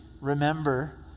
Remember